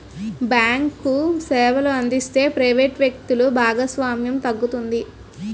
bank సేవలు అందిస్తే private వ్యక్తులు భాగస్వామ్యం తగ్గుతుంది